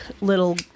little